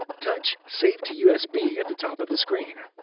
touch save to usb at the top of the screen.